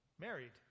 married